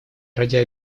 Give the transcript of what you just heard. ради